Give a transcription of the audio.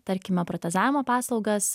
tarkime protezavimo paslaugas